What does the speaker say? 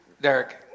Derek